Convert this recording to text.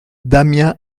damien